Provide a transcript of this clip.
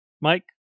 Mike